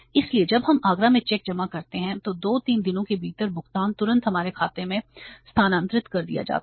इसलिए जब हम आगरा में चेक जमा करते हैं तो 2 3 दिनों के भीतर भुगतान तुरंत हमारे खाते में स्थानांतरित कर दिया जाता है